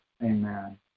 amen